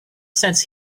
since